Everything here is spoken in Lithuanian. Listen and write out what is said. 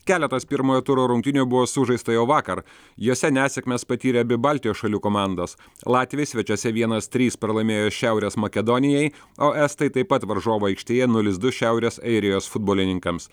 keletas pirmojo turo rungtynių buvo sužaista jau vakar jose nesėkmes patyrė abi baltijos šalių komandos latviai svečiuose vienas trys pralaimėjo šiaurės makedonijai o estai taip pat varžovų aikštėje nulis du šiaurės airijos futbolininkams